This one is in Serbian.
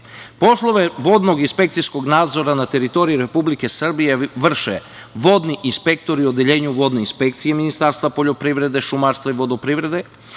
Poslove vodnog inspekcijskog nadzora na teritoriji Republike Srbije vrše vodni inspektori u Odeljenju vodne inspekcije i Ministarstva poljoprivrede, šumarstva i vodoprivrede